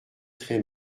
très